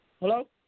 Hello